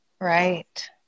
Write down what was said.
Right